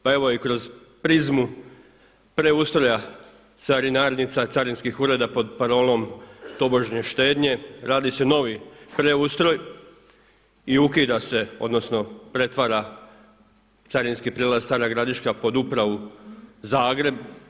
Pa evo i kroz prizmu preustroja carinarnica, carinskih ureda pod parolom tobožnje štednje, radi se novi preustroj i ukida se odnosno pretvara Carinski prijelaz Stara Gradiška pod upravu Zagreb.